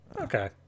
Okay